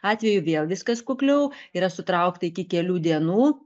atveju vėl viskas kukliau yra sutraukta iki kelių dienų